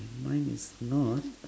mine is not